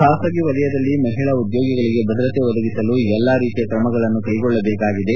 ಖಾಸಗಿ ವಲಯದಲ್ಲಿ ಮಹಿಳಾ ಉದ್ದೋಗಿಗಳಿಗೆ ಭದ್ರತೆ ಒದಗಿಸಲು ಎಲ್ಲ ರೀತಿಯ ಕ್ರಮಗಳನ್ನು ಕೈಗೊಳ್ಳಬೇಕಾಗಿದೆ